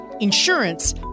Insurance